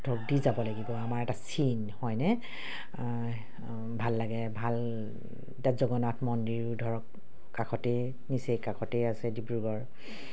ধৰক দি যাব লাগিব আমাৰ এটা চীন হয়নে ভাল লাগে ভাল এতিয়া জগন্নাথ মন্দিৰো ধৰক কাষতে নিচেই কাষতেই আছে ডিব্ৰুগড়